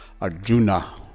Arjuna